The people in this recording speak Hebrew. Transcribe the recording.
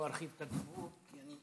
לא ארחיב את הדיבור, כי אני